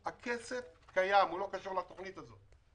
הכסף קיים והוא לא קשור לתוכנית הזאת.